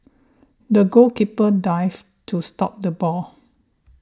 the goalkeeper dived to stop the ball